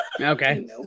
Okay